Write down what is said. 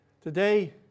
Today